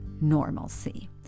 normalcy